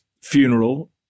funeral